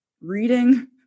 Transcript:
reading